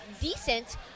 decent